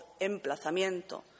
emplazamiento